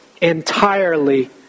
entirely